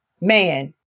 man